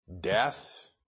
death